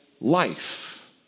life